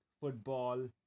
Football